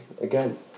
again